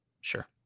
sure